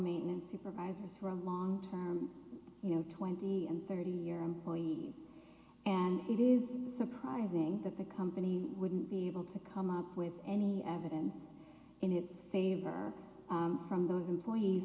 main supervisors from long term you know twenty and thirty year employees and it is surprising that the company wouldn't be able to come up with any evidence in his favor from those employees